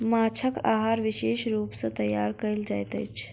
माँछक आहार विशेष रूप सॅ तैयार कयल जाइत अछि